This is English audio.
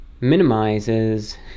minimizes